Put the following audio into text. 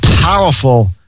powerful